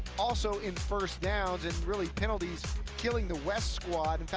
also in first down, really penalties killing the west squad,